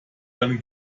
dann